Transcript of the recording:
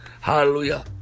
hallelujah